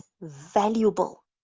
valuable